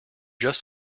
just